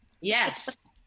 Yes